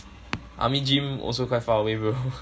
army gym also quite far away wait bro